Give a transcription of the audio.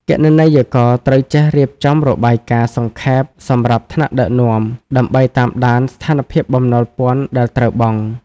គណនេយ្យករត្រូវចេះរៀបចំរបាយការណ៍សង្ខេបសម្រាប់ថ្នាក់ដឹកនាំ ដើម្បីតាមដានស្ថានភាពបំណុលពន្ធដែលត្រូវបង់។